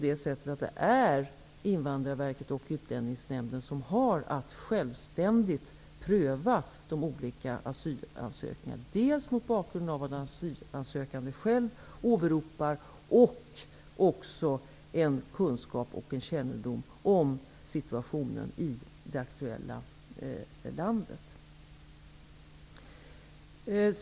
Det är ju Invandrarverket och Utlänningsnämnden som har att självständigt pröva de olika asylansökningarna, dels mot bakgrund av vad den asylsökande själv åberopar, dels mot bakgrund av kunskap och kännedom om situationen i det aktuella landet.